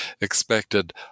expected